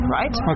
right